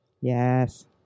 Yes